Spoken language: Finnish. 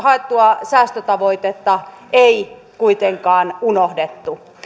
haettua säästötavoitetta ei kuitenkaan unohdettu